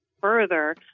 further